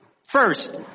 First